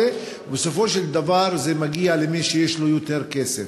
ובסופו של דבר זה מגיע למי שיש לו יותר כסף.